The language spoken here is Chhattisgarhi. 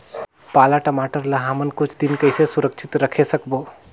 पाला टमाटर ला हमन कुछ दिन कइसे सुरक्षित रखे सकबो?